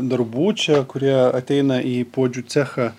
darbų čia kurie ateina į puodžių cechą